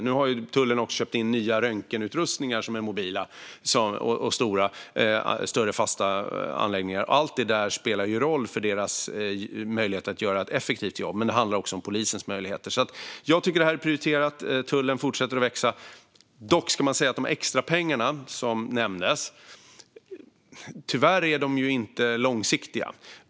Nu har tullen köpt in nya röntgenutrustningar, både mobila och större, fasta anläggningar. Allt detta spelar roll för deras möjlighet att göra ett effektivt jobb, men det handlar också om polisens möjligheter. Jag tycker alltså att detta är prioriterat, och tullen fortsätter att växa. Dock ska man säga att de extra pengar som nämndes tyvärr inte är långsiktiga.